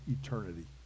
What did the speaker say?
eternity